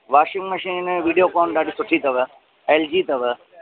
washing machine Videocon ॾाढी सुठी अथव एलजी अथव